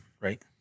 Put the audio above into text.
right